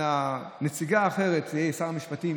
את הנציגה האחרת שר המשפטים